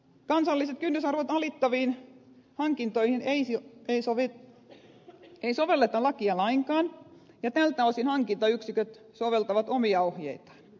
kansalliset kynnysarvot alittaviin hankintoihin ei sovelleta lakia lainkaan ja tältä osin hankintayksiköt soveltavat omia ohjeitaan